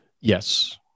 Yes